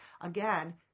again